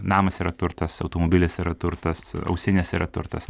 namas yra turtas automobilis yra turtas ausinės yra turtas